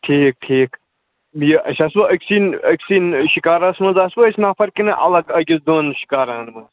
ٹھیٖک ٹھیٖک یہِ أسۍ آسوٕ أکۍ سی أکۍ سی شِکاراہَس منٛز آسوٕ أسۍ نَفَر کِنہٕ اَلَگ أکِس دۄن شِکاراہَن منٛز